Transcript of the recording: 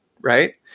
right